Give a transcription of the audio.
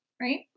right